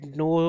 no